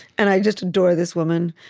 and i just adore this woman,